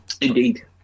Indeed